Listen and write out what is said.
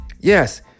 Yes